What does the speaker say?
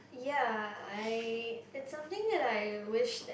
ya I it's something that I wish that